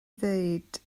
ddweud